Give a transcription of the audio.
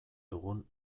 dugun